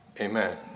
amen